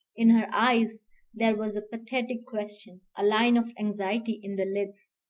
in her eyes there was a pathetic question, a line of anxiety in the lids,